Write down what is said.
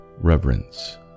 reverence